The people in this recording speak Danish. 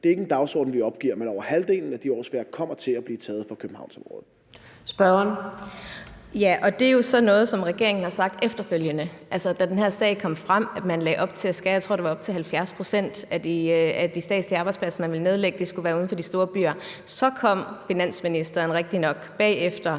er ikke en dagsorden, vi opgiver. Men over halvdelen af de årsværk kommer til at blive taget fra Københavnsområdet. Kl. 16:47 Anden næstformand (Karina Adsbøl): Spørgeren. Kl. 16:47 Susie Jessen (DD): Det er jo sådan noget, som regeringen har sagt efterfølgende, altså da den her sag kom frem. Man lagde op til at nedlægge, jeg tror, det var op til 70 pct. af de statslige arbejdspladser, og det skulle være uden for de store byer. Så kom finansministeren rigtignok bagefter